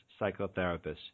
psychotherapist